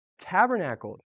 tabernacled